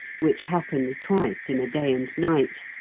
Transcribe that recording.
which happens twice in a day and night,